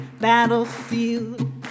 battlefield